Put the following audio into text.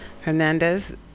Hernandez